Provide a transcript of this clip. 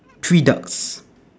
three ducks